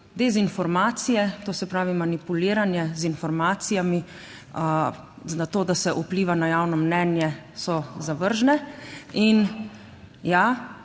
dezinformacije, to se pravi, manipuliranje z informacijami, na to, da se vpliva na javno mnenje so zavržne /